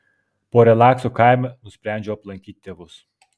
po relakso kaime nusprendžiau aplankyt tėvus